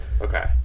Okay